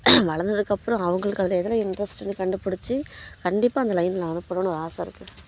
வளர்ந்ததுக்கு அப்புறம் அவங்களுக்கு அதில் எதில் இன்ட்ரெஸ்ட்டுனு கண்டுப்பிடிச்சி கண்டிப்பாக அந்த லைனில் நான் அனுப்பணும்னு ஒரு ஆசை இருக்குது